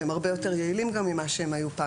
והם הרבה יותר יעילים גם ממה שהם היו פעם?